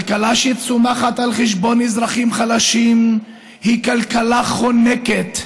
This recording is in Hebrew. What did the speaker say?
כלכלה שצומחת על חשבון אזרחים חלשים היא כלכלה חונקת.